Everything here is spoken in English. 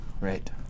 Right